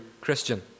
Christian